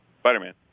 Spider-Man